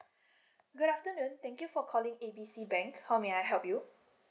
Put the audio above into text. good afternoon thank you for calling A B C bank how may I help you